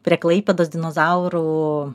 prie klaipėdos dinozaurų